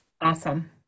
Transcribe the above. Awesome